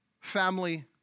family